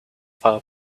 file